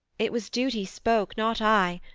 it was duty spoke, not i.